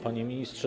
Panie Ministrze!